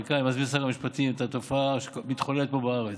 אני מסביר לשר המשפטים את התופעה שמתחוללת פה בארץ.